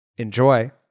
Enjoy